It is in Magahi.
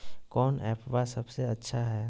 कौन एप्पबा सबसे अच्छा हय?